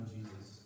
Jesus